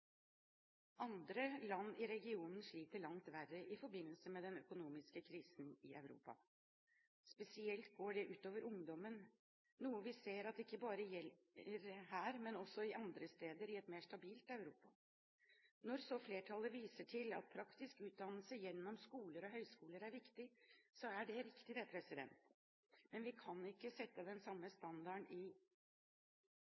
Andre land i regionen sliter langt verre i forbindelse med den økonomiske krisen i Europa. Spesielt går det ut over ungdommen, noe vi ser ikke bare gjelder her, men også andre steder i et mer stabilt Europa. Når så flertallet viser til at praktisk utdannelse gjennom skoler og høyskoler er viktig, er det riktig det, men vi kan ikke sette den samme